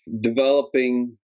developing